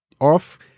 off